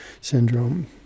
Syndrome